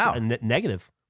negative